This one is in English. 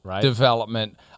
development